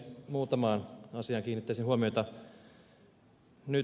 muutamaan asiaan kiinnittäisin huomiota